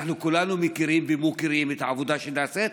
אנחנו כולנו מכירים ומוקירים את העבודה שנעשית,